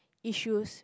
issues